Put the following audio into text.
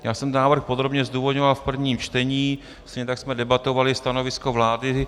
Já jsem návrh podrobně zdůvodňoval v prvním čtení, stejně tak jsme debatovali stanovisko vlády.